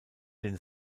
den